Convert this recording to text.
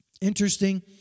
Interesting